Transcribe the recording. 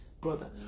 brother